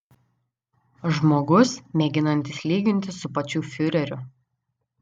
žmogus mėginantis lygintis su pačiu fiureriu